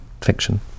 fiction